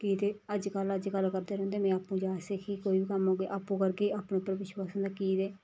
की ते अज्जकल अज्जकल करदे रौंह्दे में आपूं जाच सिखगी कोई बी कम्म होग आपूं करगी आपूं उप्पर विश्वास होंदा की गी